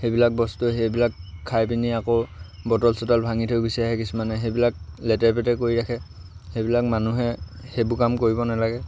সেইবিলাক বস্তু সেইবিলাক খাই পিনি আকৌ বটল চটল ভাঙি থৈ গুচি আহে কিছুমানে সেইবিলাক লেতেৰা পেতেৰা কৰি ৰাখে সেইবিলাক মানুহে সেইবোৰ কাম কৰিব নালাগে